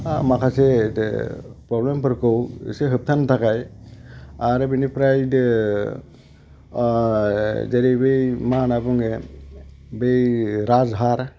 माखासे प्रब्लेमफोरखौ एसे होबथानायनि थाखाय आरो बेनिफ्राय जेरै बै मा होनना बुंङो बै राजहार